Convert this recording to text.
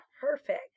perfect